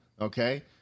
okay